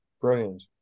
brilliant